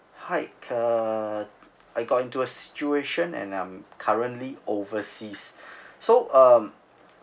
hi uh I got into a situation and I'm currently overseas so um